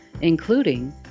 including